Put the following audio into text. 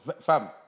fam